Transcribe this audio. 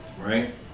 Right